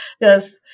Yes